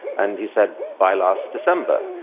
and he said by last december,